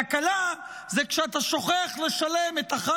תקלה זה כשאתה שוכח לשלם את אחד